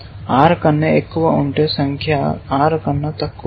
r కన్నా ఎక్కువ అంటే సంఖ్య r కన్నా తక్కువ